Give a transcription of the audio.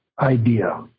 idea